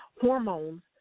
hormones